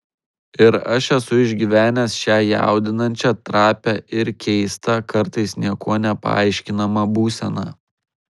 ir aš esu išgyvenęs šią jaudinančią trapią ir keistą kartais niekuo nepaaiškinamą būseną